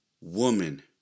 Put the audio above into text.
woman